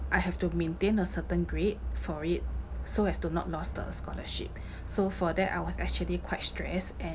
I have to maintain a certain grade for it so as to not lost the scholarship so for that I was actually quite stressed and